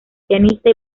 pianista